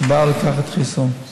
שבאו לקבל חיסון.